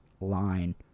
line